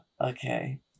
Okay